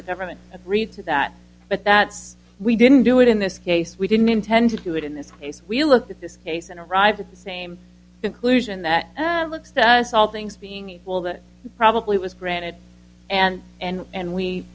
the government agreed to that but that we didn't do it in this case we didn't intend to do it in this case we looked at this case and arrived at the same conclusion that it looks to us all things being equal that probably was granted and and